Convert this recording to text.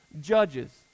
Judges